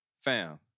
fam